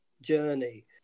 journey